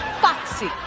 foxy